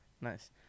Nice